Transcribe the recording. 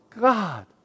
God